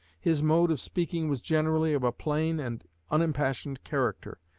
his mode of speaking was generally of a plain and unimpassioned character,